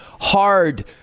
hard